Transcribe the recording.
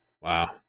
wow